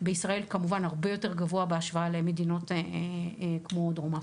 בישראל זה כמובן הרבה יותר גבוה בהשוואה למדינות כמו דרום אפריקה,